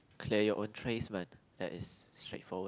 clear your own trays man that is straightforward